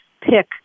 pick